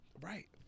Right